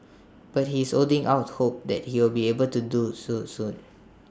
but he is holding out hope that he will be able to do so soon